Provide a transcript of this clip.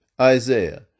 Isaiah